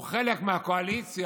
הוא חלק מהקואליציה,